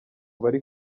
bari